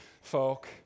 folk